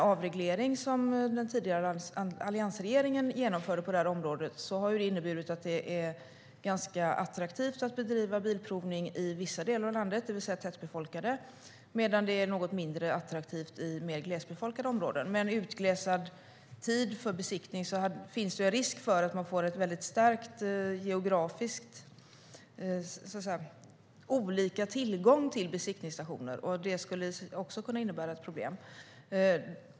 Avregleringen som den tidigare alliansregeringen genomförde på det här området har inneburit att det är ganska attraktivt att bedriva bilprovning i vissa delar av landet, det vill säga tätbefolkade områden, medan det är något mindre attraktivt att göra det i mer glesbefolkade områden. Med en utglesad tid mellan besiktningar finns det en risk för att det geografiskt blir väldigt olika tillgång till besiktningsstationer. Det skulle också kunna innebära ett problem.